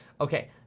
Okay